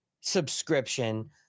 subscription